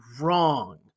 wrong